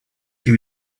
you